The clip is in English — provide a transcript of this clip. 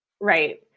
right